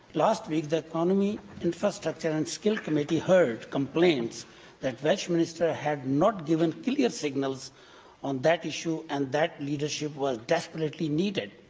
last week the economy, infrastructure and skills committee heard complaints that welsh ministers had not given clear signals on that issue, and that leadership was desperately needed.